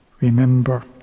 Remember